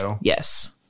Yes